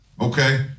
okay